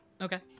Okay